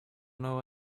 know